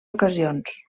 ocasions